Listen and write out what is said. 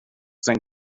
sen